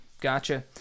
Gotcha